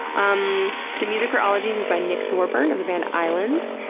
um the music for ologies is by nick thorburn of the band islands.